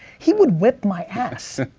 he would whip my ass.